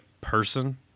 person